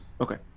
Okay